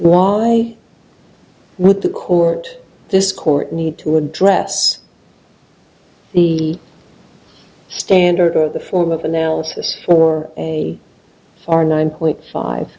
why would the court this court need to address the standard or the form of analysis for a r nine point five